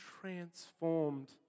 transformed